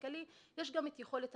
נכון לעתה,